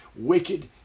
wicked